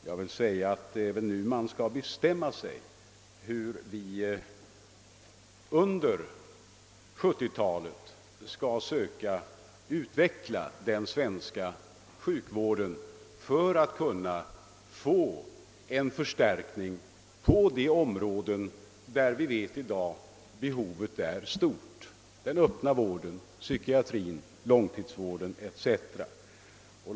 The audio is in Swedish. Jag vill säga att det är nu vi skall bestämma hur vi under 1970-talet skall söka utveckla den svenska sjukvården för att få en förstärkning inom de områden där vi vet att behovet i dag är särskilt stort: den öppna vården, psykiatrin, långtidsvården etc.